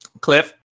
Cliff